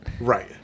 right